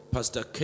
Pastor